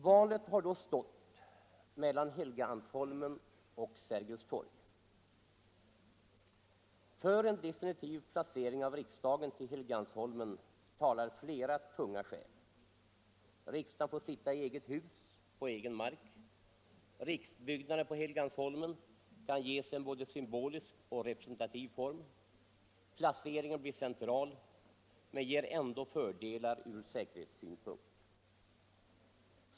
Valet har då stått mellan Helgeandsholmen och Sergels torg. För en definitiv placering av riksdagen på Helgeandsholmen talar flera tunga skäl: Riksdagen får sitta i eget hus, på egen mark. Riksbyggnaderna på Helgeandsholmen kan ges en både symbolisk och representativ form. Placeringen blir central, men ger ändå fördelar ur säkerhetssynpunkt.